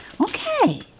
Okay